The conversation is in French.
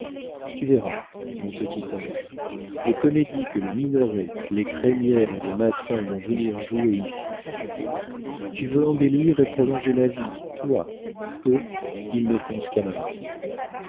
tu verras mon petit ange les comédies que les minoret les crémière et les massin vont venir jouer ici tu veux embellir et prolonger ma vie toi eux ils ne pensent qu'à ma mort